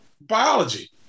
biology